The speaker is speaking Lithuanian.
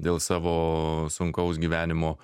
dėl savo sunkaus gyvenimo